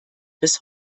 bis